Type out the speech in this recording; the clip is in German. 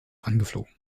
angeflogen